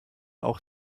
auch